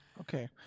Okay